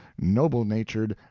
noble-natured,